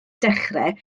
dechrau